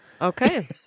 Okay